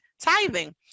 tithing